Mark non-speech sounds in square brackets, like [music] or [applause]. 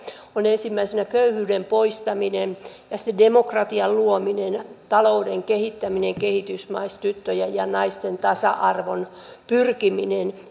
on ensimmäisenä köyhyyden poistaminen ja sitten demokratian luominen talouden kehittäminen kehitysmaissa tyttöjen ja naisten tasa arvoon pyrkiminen [unintelligible]